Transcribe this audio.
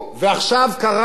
עכשיו קרה,